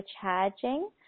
charging